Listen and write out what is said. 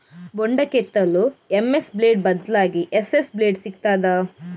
ಬೊಂಡ ಕೆತ್ತಲು MS blade ಬದ್ಲಾಗಿ ಎಸ್.ಎಸ್ ಬ್ಲೇಡ್ ಸಿಕ್ತಾದ?